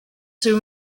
soon